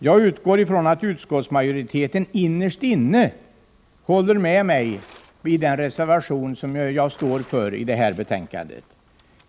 Jag utgår från att man i utskottsmajoriteten innerst inne håller med mig när det gäller den reservation som jag står för i det här betänkandet.